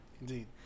Indeed